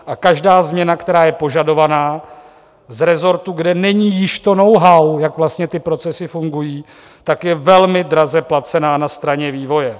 A každá změna, která je požadovaná z resortu, kde není již to knowhow, jak vlastně ty procesy fungují, tak je velmi draze placená na straně vývoje.